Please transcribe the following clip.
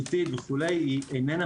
המינית איננה